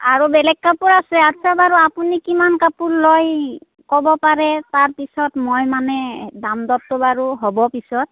আৰু বেলেগ কাপোৰ আছে আচ্ছা বাৰু আপুনি কিমান কাপোৰ লয় ক'ব পাৰে তাৰ পিছত মই মানে দাম দৰটো বাৰু হ'ব পিছত